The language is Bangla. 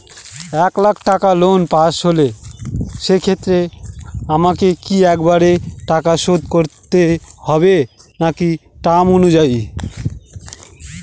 এক লাখ টাকা লোন পাশ হল সেক্ষেত্রে আমাকে কি একবারে টাকা শোধ করতে হবে নাকি টার্ম অনুযায়ী?